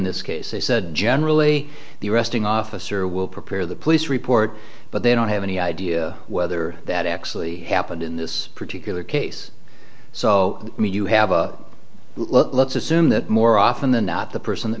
this case they said generally the arresting officer will prepare the police report but they don't have any idea whether that actually happened in this particular case so you have a let's assume that more often than not the person that